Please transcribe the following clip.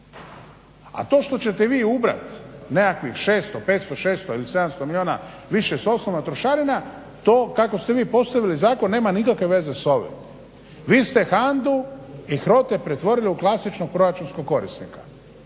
A to što ćete vi ubrati nekakvih 500, 600 ili 700 milijuna više s osnova trošarina to kako ste vi postavili zakon nema nikakve veze s ovim. Vi ste HANDA-u i HROTE pretvorili u klasičnog proračunskog korisnika.